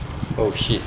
oh shit